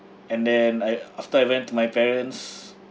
and then I after I went to my parents